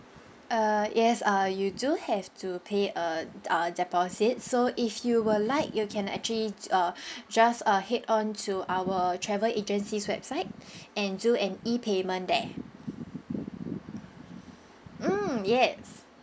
uh yes uh you do have to pay a a deposit so if you would like you can actually uh just uh head on to our travel agency's website and do an E payment there mm yes